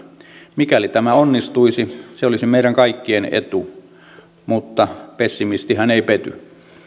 mikäli tämä onnistuisi se olisi meidän kaikkien etu mutta pessimistihän ei pety